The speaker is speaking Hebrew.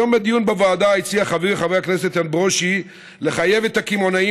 היום בדיון בוועדה הציע חברי חבר הכנסת איתן ברושי לחייב את הקמעונאים